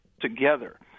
together